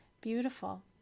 Beautiful